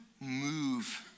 move